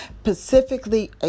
specifically